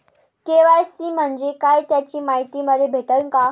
KYC म्हंजे काय त्याची मायती मले भेटन का?